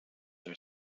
are